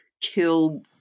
killed